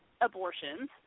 abortions